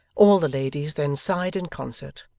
all the ladies then sighed in concert,